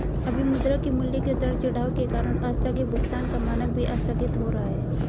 अभी मुद्रा के मूल्य के उतार चढ़ाव के कारण आस्थगित भुगतान का मानक भी आस्थगित हो रहा है